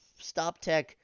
StopTech